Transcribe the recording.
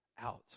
out